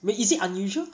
I mean is it unusual